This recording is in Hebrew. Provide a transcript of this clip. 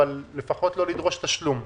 אבל לפחות לא לדרוש תשלום.